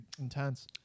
intense